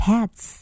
Pets 》